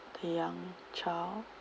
the young child